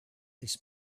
this